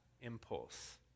impulse